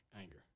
anger